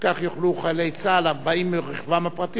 וכך יוכלו חיילי צה"ל הבאים עם רכבם הפרטי